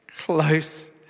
close